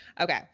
Okay